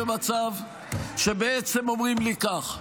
במצב שבעצם אומרים לי כך: